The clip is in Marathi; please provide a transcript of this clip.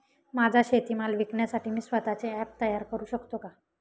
माझा शेतीमाल विकण्यासाठी मी स्वत:चे ॲप तयार करु शकतो का?